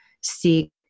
seek